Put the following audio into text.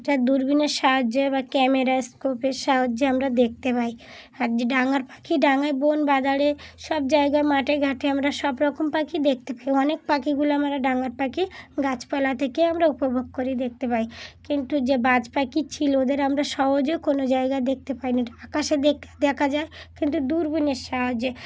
দূরবীনের সাহায্যে বা ক্যামেরার স্কোপের সাহায্যে আমরা দেখতে পাই আর যে ডাঙ্গার পাখি ডাঙ্গায় বন বাজারে সব জায়গায় মাঠে ঘাটে আমরা সব রকম পাখি দেখতে পাই অনেক পাখিগুলো আমরা ডাঙ্গার পাখি গাছপালা থেকে আমরা উপভোগ করি দেখতে পাই কিন্তু যে বাজ পাখি ছিল ওদের আমরা সহজেও কোনো জায়গায় দেখতে পাই না আকাশে দেখ দেখা যায় কিন্তু দূরবীনের সাহায্যে